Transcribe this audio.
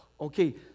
okay